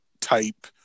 type